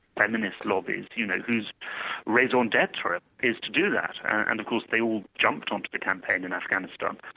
feminist lobbies, you know, whose raison d'etre is to do that. and of course they all jumped on to the campaign in afghanistan,